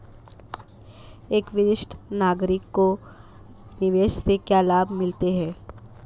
एक वरिष्ठ नागरिक को निवेश से क्या लाभ मिलते हैं?